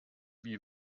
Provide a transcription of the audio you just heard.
wie